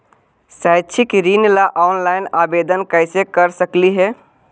शैक्षिक ऋण ला ऑनलाइन आवेदन कैसे कर सकली हे?